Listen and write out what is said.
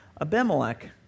Abimelech